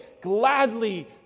gladly